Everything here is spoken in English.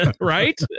Right